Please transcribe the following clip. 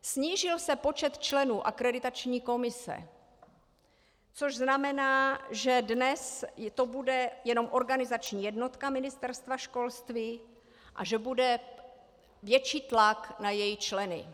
Snížil se počet členů akreditační komise, což znamená, že dnes to bude jenom organizační jednotka Ministerstva školství a že bude větší tlak na její členy.